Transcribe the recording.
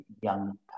young